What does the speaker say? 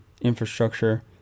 infrastructure